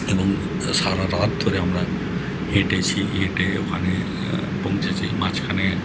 এবং সারা রাত ধরে আমরা হেঁটেছি হেঁটে ওখানে পৌঁছেছি মাঝখানে